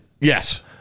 Yes